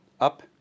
up